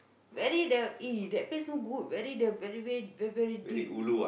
very the eh that place not good very the very very deep